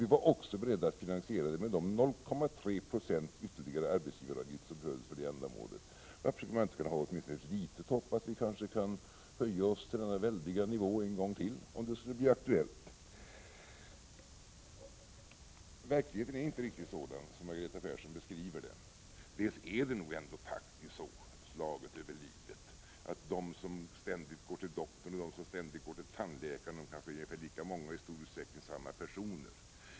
Vi var också beredda att finansiera det hela med de 0,3 20 i ytterligare arbetsgivaravgifter som behövdes för ändamålet. Varför inte åtminstone ha en liten förhoppning om att vi kanske skulle kunna höja oss till denna väldiga nivå en gång till om det skulle bli aktuellt? Verkligheten är inte riktigt sådan som Margareta Persson beskriver den. Utslaget över hela livet är det väl ändå så att de som ständigt går till doktorn och ständigt går till tandläkaren är i princip lika många och är i stort sett samma personer.